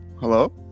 Hello